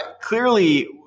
clearly